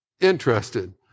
interested